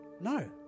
No